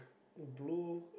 blue